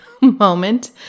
moment